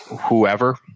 whoever